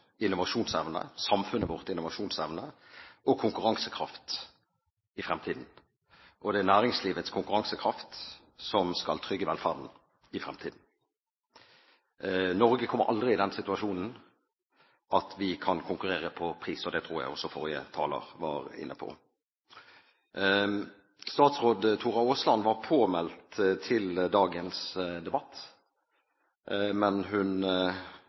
innovasjonsevne, samfunnet vårt innovasjonsevne og konkurransekraft i fremtiden, og det er næringslivets konkurransekraft som skal trygge velferden i fremtiden. Norge kommer aldri i den situasjonen at vi kan konkurrere på pris, og det tror jeg også forrige taler var inne på. Statsråd Tora Aasland var påmeldt til dagens debatt, men hun